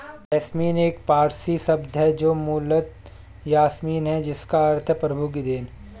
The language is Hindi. जैस्मीन एक पारसी शब्द है जो मूलतः यासमीन है जिसका अर्थ है प्रभु की देन